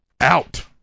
out